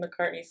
mccartney